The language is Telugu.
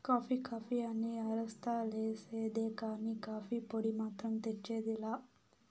కాఫీ కాఫీ అని అరస్తా లేసేదే కానీ, కాఫీ పొడి మాత్రం తెచ్చేది లా